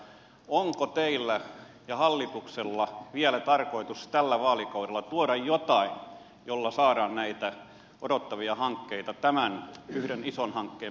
onko teillä ja hallituksella tarkoitus vielä tällä vaalikaudella tuoda jotain jolla saadaan näitä odottavia hankkeita tämän yhden ison hankkeen perässä käynnistymään